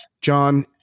John